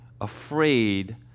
afraid